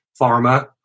pharma